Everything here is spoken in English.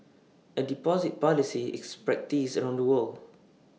A deposit policy is practised around the world